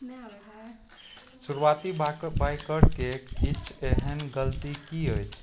शुरुआती भागके बाइकरके किछु एहन गलती कि अछि